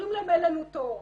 אומרים להן אין לנו תור.